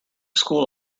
school